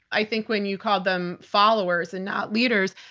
i think when you call them followers and not leaders,